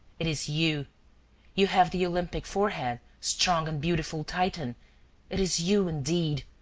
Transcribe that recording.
it is you you have the olympic forehead, strong and beautiful titan it is you indeed.